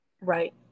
right